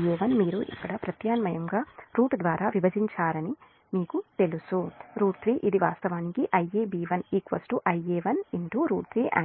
Ia1 మీరు ఇక్కడ ప్రత్యామ్నాయంగా రూట్ ద్వారా విభజించారని మీకు తెలుసు √3 ఇది వాస్తవానికి Iab1 Ia13